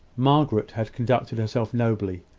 margaret had conducted herself nobly.